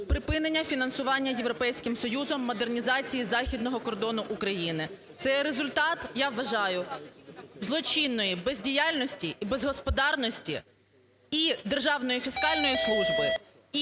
Припинення фінансування Європейським Союзом модернізації західного кордону України. Це є результат, я вважаю, злочинної бездіяльності і безгосподарності і Державної фіскальної служби,